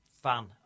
fan